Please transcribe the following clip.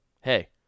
hey